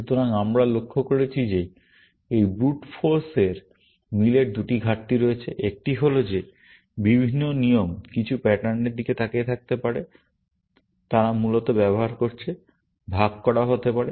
সুতরাং আমরা লক্ষ্য করেছি যে এই ব্রুট ফোর্স এর মিলের দুটি ঘাটতি রয়েছে একটি হল যে বিভিন্ন নিয়ম কিছু প্যাটার্নের দিকে তাকিয়ে থাকতে পারে তারা মূলত ব্যবহার করছে ভাগ করা হতে পারে